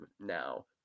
now